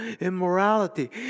immorality